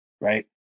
right